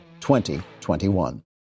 2021